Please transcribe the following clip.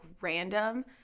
random –